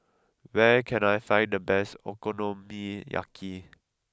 where can I find the best Okonomiyaki